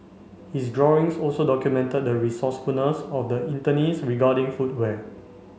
his drawings also documented the resourcefulness of the internees regarding footwear